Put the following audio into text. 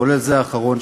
כולל זה האחרון,